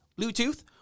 Bluetooth